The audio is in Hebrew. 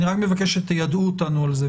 אני רק מבקש שתיידעו אותנו על זה,